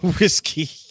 whiskey